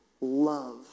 love